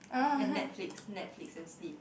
and Netflix Netflix and sleep